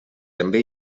també